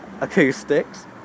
acoustics